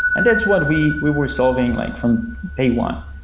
and that's what we we were solving like from day one.